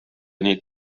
ning